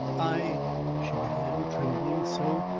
i she began, trembling so,